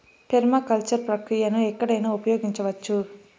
permaculture ప్రక్రియను ఎక్కడైనా ఉపయోగించవచ్చు